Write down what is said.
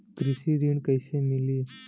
कृषि ऋण कैसे मिली?